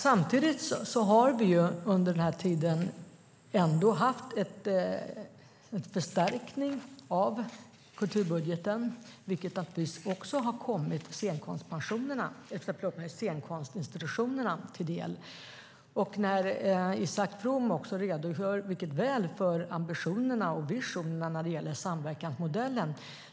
Samtidigt har vi under den här tiden haft en förstärkning av kulturbudgeten. Det har naturligtvis också kommit scenkonstinstitutionerna till del. Isak From redogör mycket väl för ambitionerna och visionerna för samverkansmodellen.